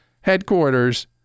headquarters